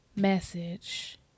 Message